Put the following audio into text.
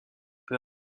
peu